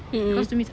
mmhmm